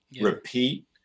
repeat